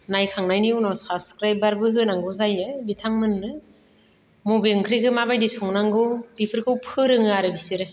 नायखांनायनि उनाव साबस्क्राइबबो होनांगौ जायो बिथांमोननो मबे ओंख्रिखौ माबायदि संनांगौ बिफोरखौ फोरोङो आरो बिसोरो